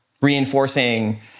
reinforcing